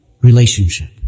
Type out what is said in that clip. relationship